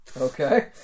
Okay